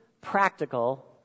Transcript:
practical